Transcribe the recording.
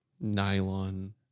nylon